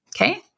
Okay